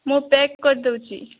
ମୁଁ ପ୍ୟାକ କରିଦେଉଛି